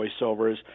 voiceovers